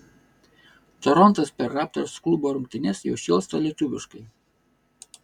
torontas per raptors klubo rungtynes jau šėlsta lietuviškai